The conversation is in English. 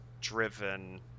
driven